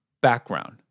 background